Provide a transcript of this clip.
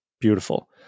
beautiful